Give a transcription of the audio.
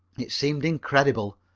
it seemed incredible,